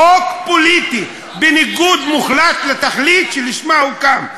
חוק פוליטי, בניגוד מוחלט לתכלית שלשמה הוא קם.